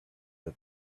the